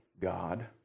God